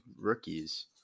rookies